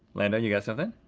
lando you got something?